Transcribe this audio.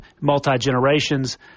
multi-generations